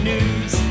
News